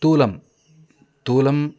तूलं तूलं